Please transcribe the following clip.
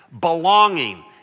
belonging